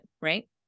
right